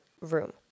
room